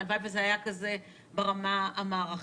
והלוואי שזה היה כך ברמה המערכתית